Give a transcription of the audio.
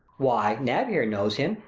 why, nab here knows him.